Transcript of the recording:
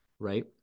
right